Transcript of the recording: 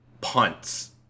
punts